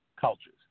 cultures